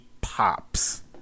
pops